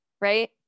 right